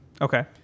Okay